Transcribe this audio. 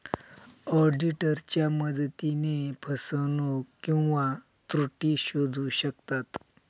ऑडिटरच्या मदतीने फसवणूक किंवा त्रुटी शोधू शकतात